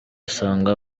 asanga